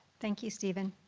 thank you, stephen.